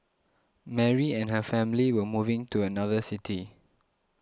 Mary and her family were moving to another city